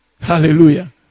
Hallelujah